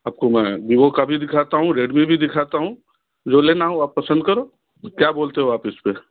आपको मैं विवो का भी दिखाता हूँ रेडमी भी दिखाता हूँ जो लेना हो आप पसंद करो क्या बोलते हो आप इस पे